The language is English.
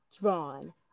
drawn